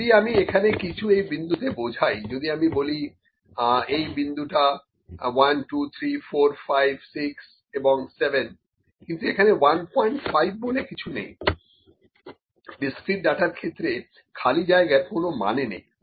যদি আমি এখানে কিছু এই বিন্দুতে বোঝাই যদি আমি বলি এই বিন্দু তা 123456 এবং 7 কিন্তু এখানে 15 বলে কিছু নেই ডিসক্রিট ডাটার ক্ষেত্রে খালি জায়গার কোনো মানে নেই